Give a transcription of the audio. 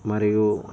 మరియు